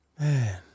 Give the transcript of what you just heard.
man